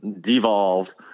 devolved